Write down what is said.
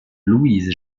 louise